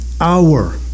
hour